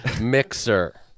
mixer